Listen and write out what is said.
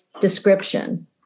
description